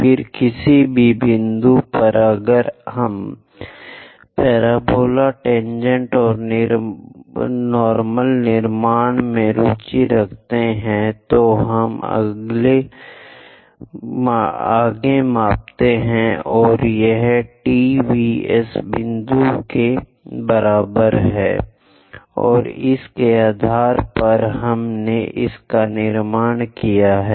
फिर किसी भी बिंदु पर अगर हम पैराबोला टेनजेंट और नार्मल निर्माण में रुचि रखते हैं तो हम आगे मापते हैं कि यह T V S बिंदु के बराबर है और इसके आधार पर हमने इसका निर्माण किया है